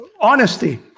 honesty